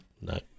No